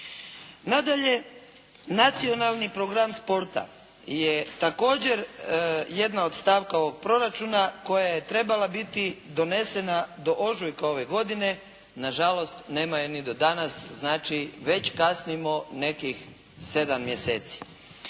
Nadalje, nacionalni program sporta je također jedna od stavka ovog proračuna koja je trebala biti donesena do ožujka ove godine, na žalost nema je ni do danas, znači već kasnimo nekih 7 mjeseci.